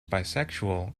bisexual